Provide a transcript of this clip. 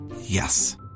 Yes